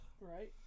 Right